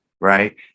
right